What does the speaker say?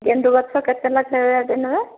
ଗେଣ୍ଡୁ ଗଛ କେତେ ଲେଖାଏଁ ଦିନରେ